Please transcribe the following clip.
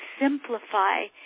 simplify